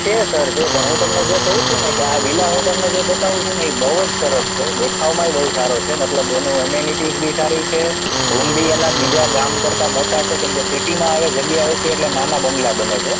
છે સર છે પણ હું તમને જે કહું છુંને કે આ વિલા હું તમને જે બતાવું છું ને એ બહુ જ સરસ છે દેખાવમાંય બહુ સારો છે મતલબ એનો એમિનિટીઝ બી સારી છે રૂમ બી એના બીજા ગામ કરતા મોટા છે કેમ કે સિટીમાં હવે જગ્યા ઓછી એટલે નાના બંગલા બને છે